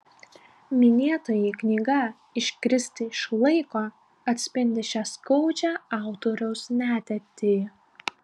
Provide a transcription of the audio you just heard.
minėtoji knyga iškristi iš laiko atspindi šią skaudžią autoriaus netektį